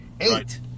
eight